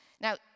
Now